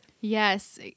Yes